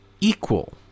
equal